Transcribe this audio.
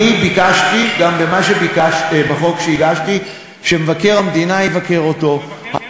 אני ביקשתי, בחוק שהגשתי, שמבקר המדינה יבקר אותו,